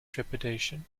trepidation